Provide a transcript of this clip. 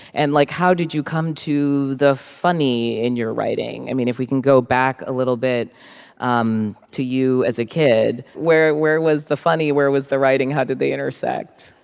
and like, how did you come to the funny in your writing? i mean, if we can go back a little bit um to you as a kid, where where was the funny? where was the writing? how did they intersect?